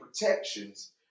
protections